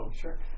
sure